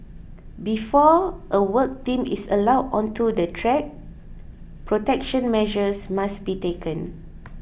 before a work team is allowed onto the track protection measures must be taken